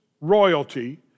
royalty